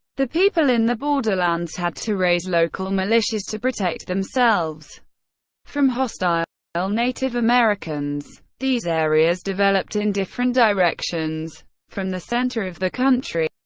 the people in the borderlands had to raise local militias to protect themselves from hostile hostile native americans. these areas developed in different directions from the center of the country.